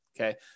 okay